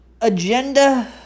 agenda